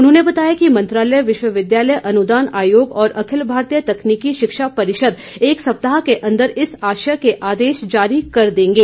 उन्होंने बताया कि मंत्रालय विश्वविद्यालय अनुदान आयोग और अखिल भारतीय तकनीकी शिक्षा परिषद एक सप्ताह के अंदर इस आशय के आदेश जारी कर देंगे